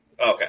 Okay